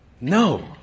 No